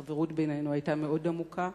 החברות בינינו היתה מאוד עמוקה,